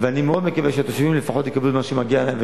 ואני מאוד מקווה שהתושבים לפחות יקבלו את מה שמגיע להם,